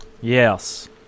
Yes